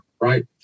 right